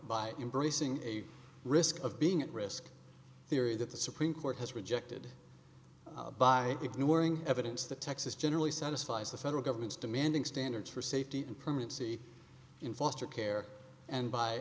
by embracing a risk of being at risk theory that the supreme court has rejected by ignoring evidence the texas generally satisfies the federal government's demanding standards for safety and permanency in foster care and b